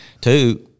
Two